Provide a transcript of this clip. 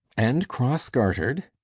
and cross-garter'd?